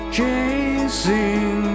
Chasing